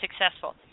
successful